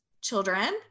children